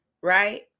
Right